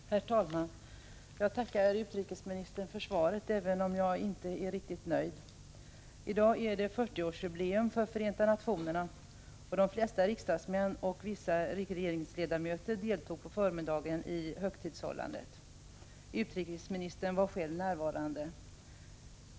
Herr talman! Jag tackar utrikesministern för svaret, även om jag inte är riktigt nöjd. I dag firar Förenta nationerna 40-årsjubileum, och de flesta riksdagsmän och regeringsledamöter deltog på förmiddagen i högtidlighållandet av detta. Utrikesministern var själv närvarande.